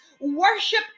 worship